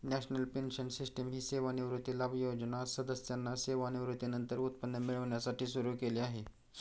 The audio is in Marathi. नॅशनल पेन्शन सिस्टीम ही सेवानिवृत्ती लाभ योजना सदस्यांना सेवानिवृत्तीनंतर उत्पन्न मिळण्यासाठी सुरू केली आहे